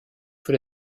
für